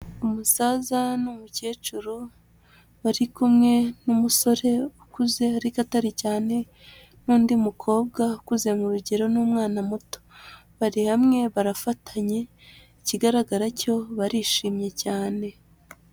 Umusaza n'umukecuru, bari kumwe n'umusore ukuze ariko atari cyane n'undi mukobwa ukuze mu rugero n'umwana muto. Bari hamwe, barafatanye, ikigaragara cyo barishimye cyane.